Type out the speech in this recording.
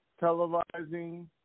televising